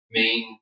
main